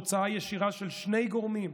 תוצאה ישירה של שני גורמים: